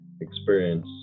experience